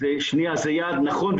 זה יעד נכון.